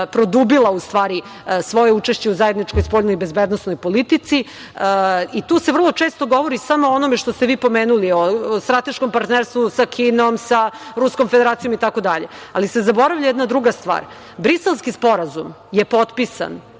produbila u stvari svoje učešće u zajedničkoj spoljnoj i bezbednosnoj politici. Tu se vrlo često govori samo o onome što ste vi pomenuli o strateškom partnerstvu sa Kinom, sa Ruskom Federacijom itd, ali se zaboravlja jedna druga stvar. Briselski sporazum je potpisan